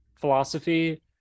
philosophy